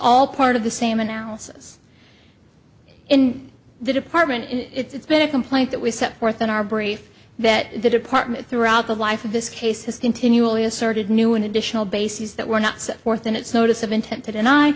all part of the same analysis in the department it's been a complaint that was set forth in our brief that the department throughout the life of this case has continually asserted new and additional bases that were not set forth in it